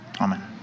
Amen